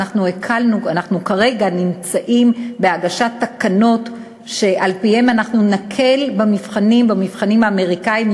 אנחנו כרגע נמצאים בהגשת תקנות שעל-פיהן אנחנו נקל במבחנים האמריקניים,